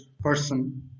person